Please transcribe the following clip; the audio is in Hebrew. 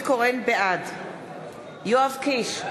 בעד יואב קיש,